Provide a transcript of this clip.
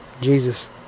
Jesus